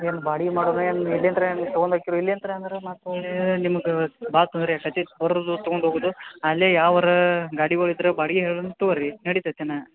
ಏನು ಬಾಡಿಗಿ ಮಾಡೋದ ಏನು ಏಜೆಂಟರ ಏನು ತಗೊಂದು ಹೋಕಿರ ಇಲ್ಲೆಂತ್ರ ಹಂಗಾರ ಮಾಡ್ಕೊಳ್ ರೀ ನಿಮ್ದು ಭಾಳ ತೊಂದರೆ ಆಕತಿ ಬರೋದು ತಗೊಂಡು ಹೋಗುದು ಅಲ್ಲೆ ಯಾವ ಊರು ಗಾಡಿಗೊಳಿದರೆ ಬಾಡ್ಗಿ ಹೇಳನ ತಗೋರಿ ನಡಿತೈತೆನಾ